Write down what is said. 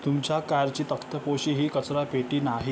तुमच्या कारची तक्तपोशी ही कचरापेटी नाही